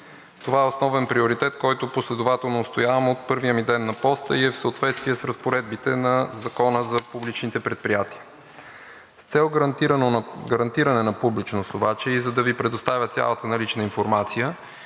Това е основен приоритет, който последователно отстоявам от първия ми ден на поста и е в съответствие с разпоредбите на Закона за публичните предприятия. С цел гарантиране на публичност обаче и за да Ви предоставя цялата налична информация,